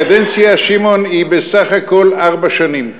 הקדנציה, שמעון, היא בסך הכול ארבע שנים.